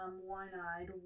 one-eyed